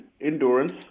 endurance